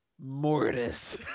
mortis